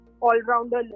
all-rounder